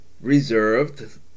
reserved